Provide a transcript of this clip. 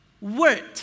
Word